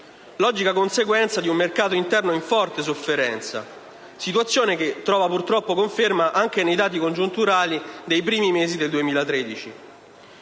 logica conseguenza di un mercato interno in forte sofferenza, situazione che trova purtroppo conferma anche nei dati congiunturali dei primi mesi del 2013.